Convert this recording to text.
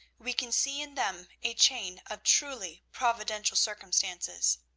we can see in them a chain of truly providential circumstances.